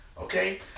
okay